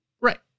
Right